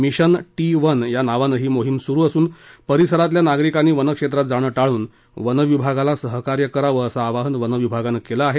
mission T one या नावाने ही मोहीम सुरू असून परिसरातील नागरिकांनी वनक्षेत्रात जाणे टाळून वनविभागाला सहकार्य करण्याचे आवाहन वनविभागाने केले आहे